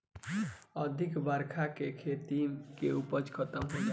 अधिका बरखा से खेती के उपज खतम हो जाता